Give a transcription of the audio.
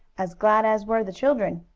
as glad as were the children.